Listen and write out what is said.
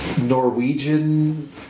Norwegian